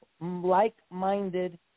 like-minded